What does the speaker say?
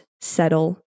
settle